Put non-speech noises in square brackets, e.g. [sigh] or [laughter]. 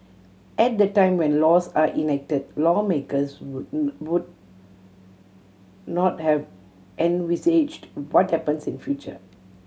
at the time when laws are enacted lawmakers would [unintelligible] not have envisaged what happens in future